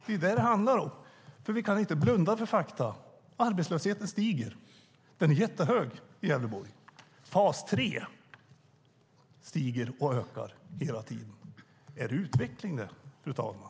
Det är det som det handlar om. Vi kan inte blunda för fakta. Arbetslösheten stiger. Den är jättehög i Gävleborg. Fas 3 stiger och ökar hela tiden. Är det utveckling, fru talman?